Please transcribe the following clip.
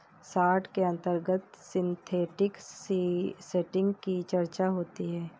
short के अंतर्गत synthetic setting की चर्चा होती है